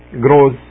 grows